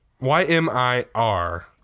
Y-M-I-R